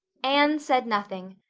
anne said nothing.